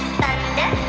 thunder